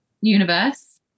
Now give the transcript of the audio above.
universe